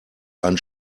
ein